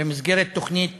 במסגרת תוכנית